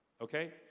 Okay